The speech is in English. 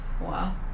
Wow